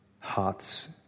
hearts